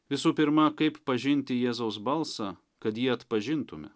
visų pirma kaip pažinti jėzaus balsą kad jį atpažintume